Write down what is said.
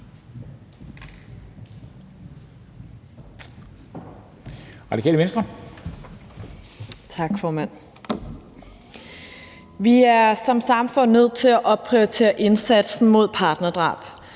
Vi er som samfund nødt til at opprioritere indsatsen mod partnerdrab,